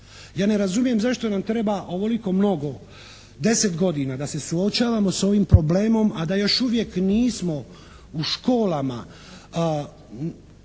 Ja ne razumijem zašto nam treba ovoliko mnogo, 10 godina da se suočavamo s ovim problemom, a da još uvijek nismo u školama